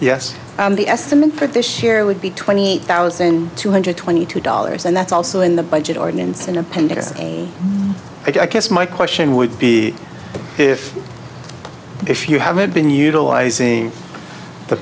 yes the estimate for this year would be twenty eight thousand two hundred twenty two dollars and that's also in the budget ordinance in appendix i guess my question would be if if you haven't been utilizing the